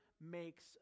makes